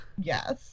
Yes